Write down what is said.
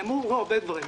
נאמרו פה הרבה דברים.